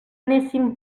anéssim